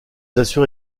assurent